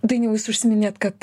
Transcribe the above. dainiau jūs užsiminėt kad